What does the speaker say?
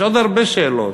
יש עוד הרבה שאלות.